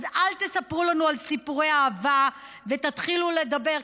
אז אל תספרו לנו על סיפורי אהבה ותתחילו לדבר,